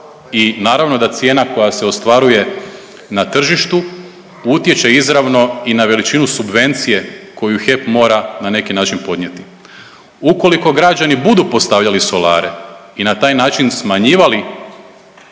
i naravno da cijena koja se ostvaruje na tržištu utječe izravno i na veličinu subvencije koju HEP mora na neki način podnijeti. Ukoliko građani budu postavljali solare i na taj način smanjivali